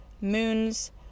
moon's